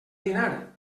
dinar